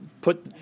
put